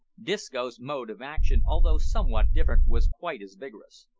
disco's mode of action, although somewhat different was quite as vigorous.